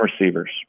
receivers